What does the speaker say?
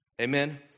Amen